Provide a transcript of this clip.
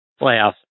playoffs